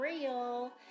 real